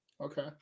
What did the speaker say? Okay